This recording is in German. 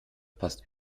passt